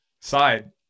side